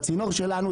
הצינור שלנו,